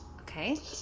Okay